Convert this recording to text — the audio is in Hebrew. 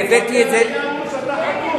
והבאתי את זה, אמרו לי שאתה חתום.